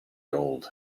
gold